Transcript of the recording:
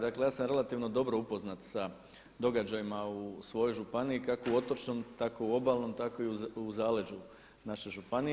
Dakle ja sam relativno dobro upoznat sa događajima u svojoj županiji kako u otočnom, tako u obalnom, tako i u zaleđu naše županije.